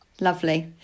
Lovely